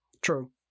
True